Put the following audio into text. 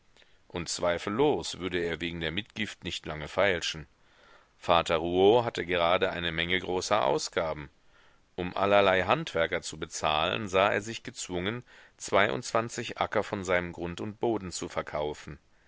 und zweifellos würde er wegen der mitgift nicht lange feilschen vater rouault hatte gerade eine menge großer ausgaben um allerlei handwerker zu bezahlen sah er sich gezwungen zweiundzwanzig acker von seinem grund und boden zu verkaufen